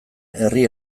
herri